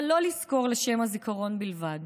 אבל לא לזכור לשם הזיכרון בלבד,